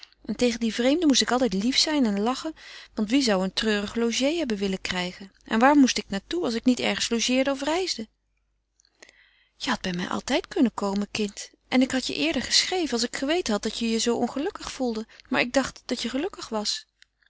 tegen die vreemden moest ik altijd lief zijn en lachen want wie zou een treurige logée hebben willen krijgen en waar moest ik naar toe als ik niet ergens logeerde of reisde je had bij mij altijd kunnen komen kind en ik had je eerder geschreven als ik geweten had dat je je zoo ongelukkig voelde maar ik dacht dat je gelukkig was